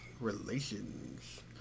Relations